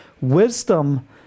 wisdom